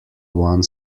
one